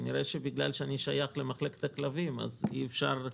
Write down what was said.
כנראה בגלל שאני שייך למחלקת הכלבים אז אי אפשר.